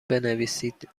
بنویسید